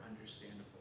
understandable